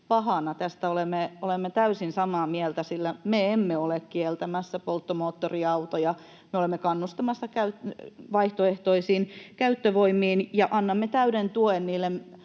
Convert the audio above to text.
pahana. Tästä me olemme täysin samaa mieltä, sillä me emme ole kieltämässä polttomoottoriautoja. Me olemme kannustamassa vaihtoehtoisiin käyttövoimiin ja annamme täyden tuen